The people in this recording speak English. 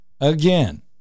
again